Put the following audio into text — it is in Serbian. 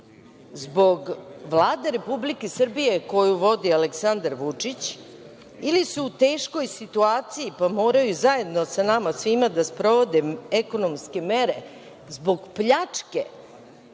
zbog Vlade Republike Srbije koju vodi Aleksandar Vučić ili su u teškoj situaciji pa moraju zajedno sa nama svima da sprovode ekonomske mere zbog pljačke